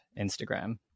Instagram